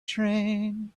train